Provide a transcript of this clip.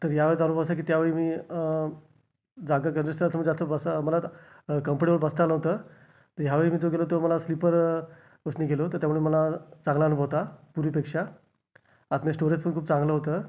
तर यावेळचा अनुभव असा आहे की त्यावेळी मी जागा कंजस्टेड असल्यामुळं जास्त बसा मला कम्फर्टेबल बसता आलं नव्हतं तर ह्यावेळी मी जो गेलो तो मला स्लीपर बसने गेलो तर त्यामुळे मला चांगला अनुभव होता पूर्वीपेक्षा आतमध्ये स्टोरेज पण खूप चांगलं होतं